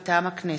מטעם הכנסת: